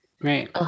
Right